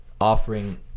offering